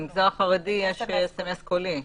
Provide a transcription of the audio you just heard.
למגזר החרדי יש סמ"ס קולי.